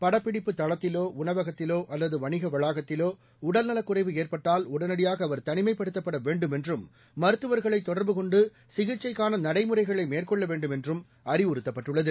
படப்பிடிப்பு தளத்திலோ உணவகத்திலோ அல்லது வணிக வளாகத்திலோ உடல்நலக்குறைவு ஏற்பட்டால் உடனடியாக அவர் தனிமைப்படுத்தப்பட வேண்டும் என்றும் மருத்துவர்களை தொடர்பு கொண்டு சிகிச்சைக்கான நடைமுறைகளை மேற்கொள்ள வேண்டும் என்றும் அறிவுறுத்தப்பட்டுள்ளது